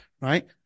right